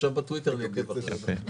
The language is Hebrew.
עכשיו אני בטוויטר אני עוקב קצת יותר.